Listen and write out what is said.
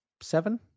seven